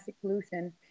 pollution